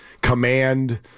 command